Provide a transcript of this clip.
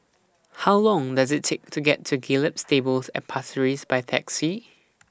How Long Does IT Take to get to Gallop Stables At Pasir Ris By Taxi